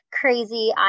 crazy